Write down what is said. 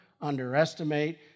underestimate